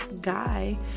guy